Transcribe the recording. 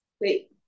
Wait